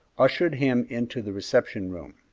ushered him into the reception-room.